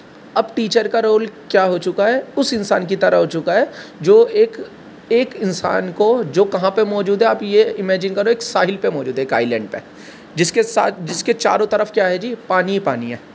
اب ٹیچر کا رول کیا ہو چکا ہے اس انسان کی طرح ہو چکا ہے جو ایک ایک انسان کو جو کہاں پہ موجود ہے آپ یہ امیجن کرو ایک ساحل پہ موجود ہے ایک آئی لینڈ پہ جس کے ساتھ جس کے چاروں طرف کیا ہے جی پانی ہی پانی ہے